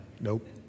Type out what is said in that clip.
Nope